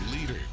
leader